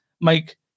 Mike